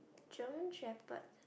German Shepherds